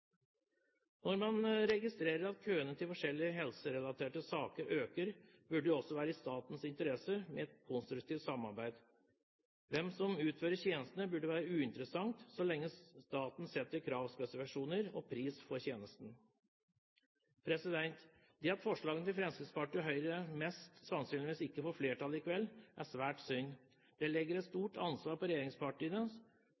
Når man registrerer at køene i forskjellige helserelaterte saker øker, burde det også være i statens interesse med et konstruktivt samarbeid. Hvem som utfører tjenestene, burde være uinteressant så lenge staten setter kravspesifikasjoner og pris på tjenesten. Det at forslagene til Fremskrittspartiet og Høyre mest sannsynlig ikke får flertall i kveld, er svært synd. Det legger et